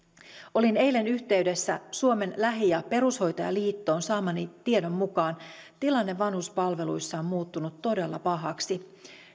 olin eilen yhteydessä suomen lähi ja perushoitajaliittoon ja saamani tiedon mukaan tilanne vanhuspalveluissa on muuttunut todella pahaksi